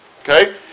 Okay